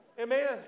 Amen